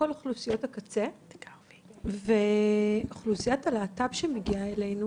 לכל אוכלוסיות הקצה ואוכלוסיית הלהט"ב שמגיעה אלינו